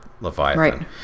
Leviathan